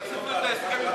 ממשלה.